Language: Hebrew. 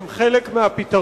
הם חלק מהפתרון.